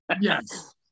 Yes